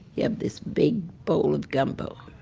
you have this big bowl of gumbo.